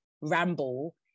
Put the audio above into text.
ramble